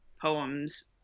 poems